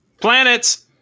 Planets